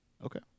Okay